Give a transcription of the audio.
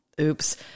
oops